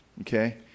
Okay